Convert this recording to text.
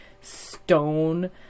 stone